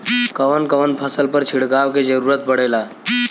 कवन कवन फसल पर छिड़काव के जरूरत पड़ेला?